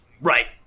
Right